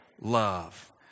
love